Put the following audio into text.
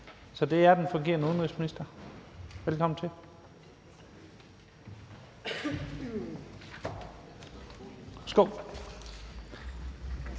er det den fungerende udenrigsminister. Velkommen til. Kl.